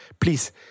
Please